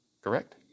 correct